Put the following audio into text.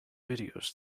videos